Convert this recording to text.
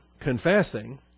confessing